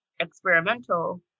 experimental